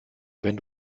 wenn